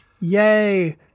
Yay